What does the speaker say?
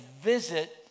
visit